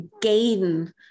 gain